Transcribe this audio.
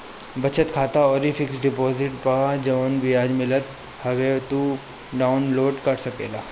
बचत खाता अउरी फिक्स डिपोजिट पअ जवन बियाज मिलत हवे उहो तू डाउन लोड कर सकेला